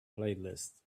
playlist